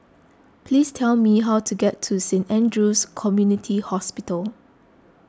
please tell me how to get to Saint andrew's Community Hospital